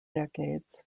decades